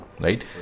right